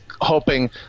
hoping